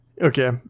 Okay